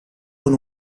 con